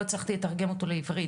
לא הצלחתי לתרגם אותו לעברית,